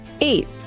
Eight